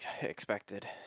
expected